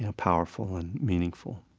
ah powerful and meaningful